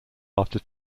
after